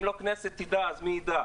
אם לא הכנסת תדע אז מי יידע?